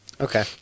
Okay